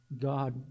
God